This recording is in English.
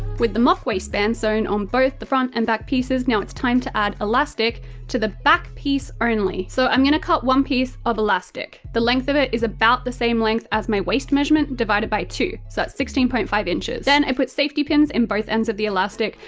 with the mock-waistband sewn on both the front and back pieces, now it's time to add elastic to the back piece only. so i'm gonna cut one piece of elastic. the length of it is about the same length as my waist measurement divided by two, so that's sixteen point five inches. then and i put safety pins in both ends of the elastic,